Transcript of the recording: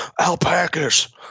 alpacas